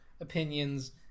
opinions